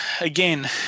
again